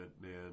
man